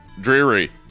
dreary